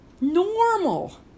normal